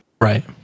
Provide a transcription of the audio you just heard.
Right